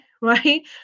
right